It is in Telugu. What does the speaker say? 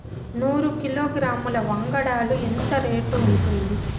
నూరు కిలోగ్రాముల వంగడాలు ఎంత రేటు ఉంటుంది?